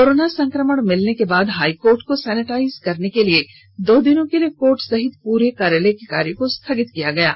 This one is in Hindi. कोरोना संक्रमण मिलने के बाद हाईकोर्ट को सैनिटाइज करने के लिए दो दिनों के लिए कोर्ट सहित पूरे कार्यालय के कार्य को स्थगित कर दिया गया है